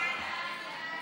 הצעת ועדת